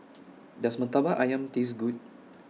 Does Murtabak Ayam Taste Good